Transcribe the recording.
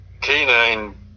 canine